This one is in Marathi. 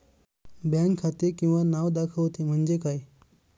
बँक खाते किंवा नाव दाखवते म्हणजे काय?